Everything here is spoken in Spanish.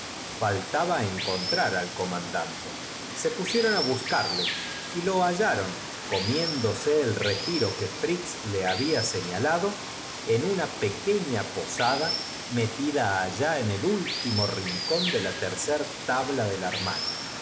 encontrar al comandante se pusieron á buscarle y le hallaron comién vos sola oh señorita me habéis insdose el retiro que fritz le habla señalado pitado el valor caballeresco que acabo de en una pequeña posada metida allá en el desplegar y habéis dado fuerza á mi braúltimo rincón de la tercer tabla del arma